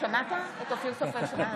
טלי פלוסקוב,